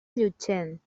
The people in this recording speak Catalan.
llutxent